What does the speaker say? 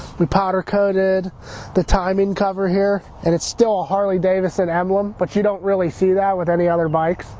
we powder-coated the timing cover here. and it's still a harley davidson emblem, but you don't really see that with any other bike.